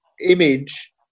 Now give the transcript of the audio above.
image